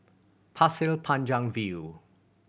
Pasir Panjang View